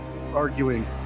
arguing